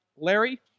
Larry